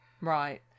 Right